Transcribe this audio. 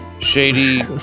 Shady